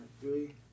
Three